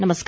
नमस्कार